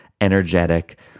energetic